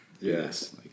yes